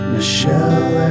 Michelle